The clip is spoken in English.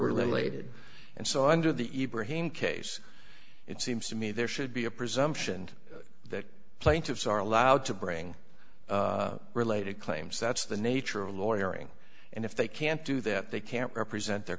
related and so under the ybor heem case it seems to me there should be a presumption that plaintiffs are allowed to bring related claims that's the nature of lawyers and if they can't do that they can't represent their